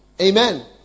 Amen